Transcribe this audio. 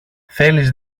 θέλεις